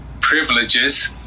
privileges